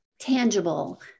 tangible